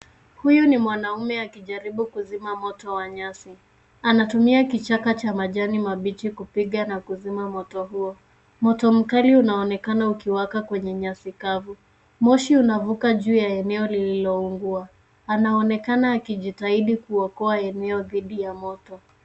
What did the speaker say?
Huyu ni mwanaume akijaribu kuzima moto wa nyasi. Anatumia kichaka cha majani mabichi kupiga na kuzima moto huo. Moto mkali unaonekana ukiwaka kwenye nyasi kavu. Moshi unavuka juu ya eneo lililoungua. Anaonekana akijitahidi kuokoa eneo didhi ya moto.